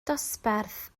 dosbarth